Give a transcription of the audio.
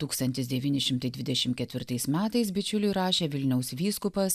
tūkstantis devyni šimtai dvidešim ketvirtais metais bičiuliui rašė vilniaus vyskupas